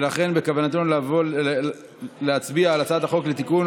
לכן צריך להצביע על כל ההסתייגויות.